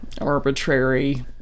arbitrary